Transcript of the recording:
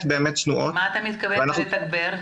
באמת צנועות --- למה אתה מתכוון בלתגבר,